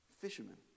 fishermen